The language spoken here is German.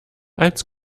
als